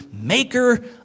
maker